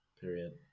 Period